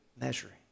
measuring